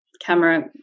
camera